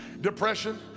depression